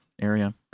area